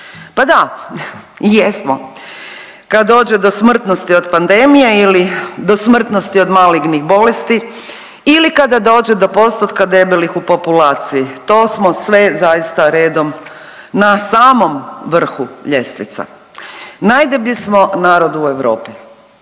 Pa da i jesmo kad dođe do smrtnosti od pandemije ili do smrtnosti od malignih bolesti ili kada dođe do postotka debelih u populaciji, to smo sve zaista redom na samom vrhu ljestvica. Najdeblji smo narod u Europi,